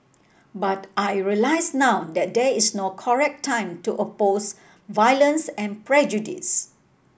but I realise now that there is no correct time to oppose violence and prejudice